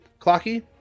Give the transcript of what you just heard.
Clocky